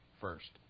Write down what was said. first